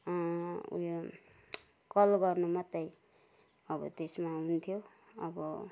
उयो कल गर्नु मात्रै अब त्यसमा हुन्थ्यो अब